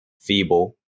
feeble